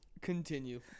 continue